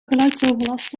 geluidsoverlast